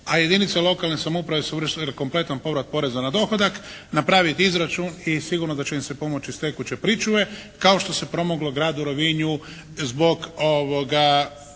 a jedinice lokalne samouprave su vršile kompletan povrat porez na dohodak, napraviti izračun i sigurno da će im se pomoći iz tekuće pričuve kao što se pomoglo gradu Rovinju zbog situacije